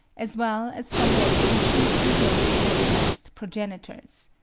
as well as from their ancient and lowly-organised progenitors.